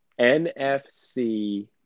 NFC